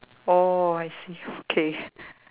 oh I see okay